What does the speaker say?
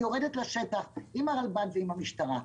אני יורדת לשטח עם הרלב"ד ועם המשטרה,